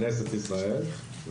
וכנסת ישראל,